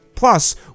Plus